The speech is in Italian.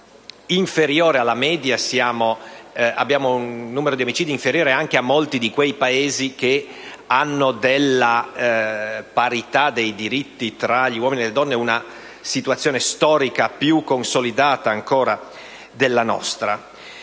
Abbiamo un numero di omicidi inferiore anche a quello di molti di quei Paesi che hanno, sul piano della parità dei diritti tra gli uomini e le donne, una situazione storica più consolidata della nostra.